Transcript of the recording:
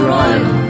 Royal